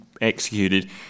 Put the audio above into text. executed